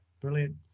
brilliant